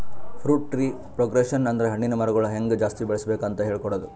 fruit tree propagation ಅಂದ್ರ ಹಣ್ಣಿನ್ ಮರಗೊಳ್ ಹೆಂಗ್ ಜಾಸ್ತಿ ಬೆಳಸ್ಬೇಕ್ ಅಂತ್ ಹೇಳ್ಕೊಡದು